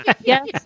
yes